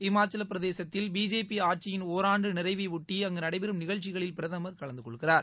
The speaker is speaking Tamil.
ஹிமாச்சலப் பிரதேசத்தில் பிஜேபி ஆட்சியின் ஒராண்டு நிறைவை ஒட்டி அங்கு நடைபெறும் நிகழ்ச்சிகளில் பிரதமர் கலந்து கொள்கிறார்